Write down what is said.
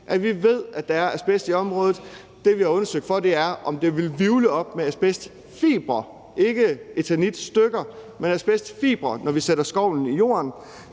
at vi ved, at der er asbest i området. Det, vi har undersøgt for, er, om der vil blive hvirvlet asbestfibre op, ikke eternitstykker, men asbestfibre, når vi sætter skovlen i jorden.